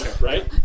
Right